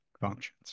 functions